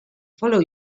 follow